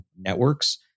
networks